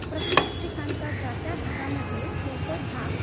प्रत्येक ठिकणचा ज्या त्या भागामध्ये जो तो भाग